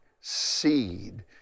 seed